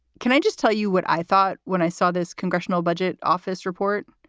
can i just tell you what i thought when i saw this congressional budget office report?